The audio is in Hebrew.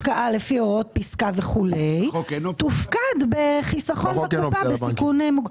השקעה לפי הוראות פסקה וכו' תופקד בחיסכון בקופה בסיכון נמוך".